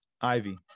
Ivy